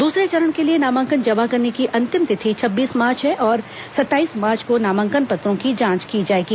दूसरे चरण के लिए नामांकन जमा करने की अंतिम तिथि छब्बीस मार्च है और सत्ताईस मार्च को नामांकन पत्रों की जांच की जाएगी